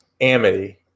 Amity